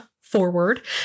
forward